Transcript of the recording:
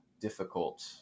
difficult